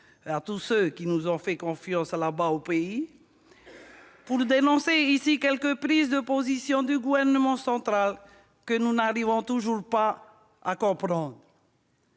à tous ceux qui nous ont fait confiance là-bas, au pays -pour dénoncer ici quelques prises de position du gouvernement central que nous n'arrivons toujours pas à comprendre.